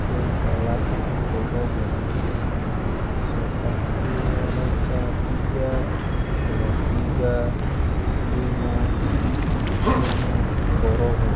se calana koroho, so pake roca piga la piga ena, ena koroho.